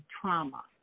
trauma